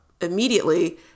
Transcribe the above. immediately